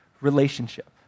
relationship